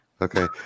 Okay